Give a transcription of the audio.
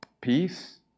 Peace